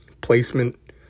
placement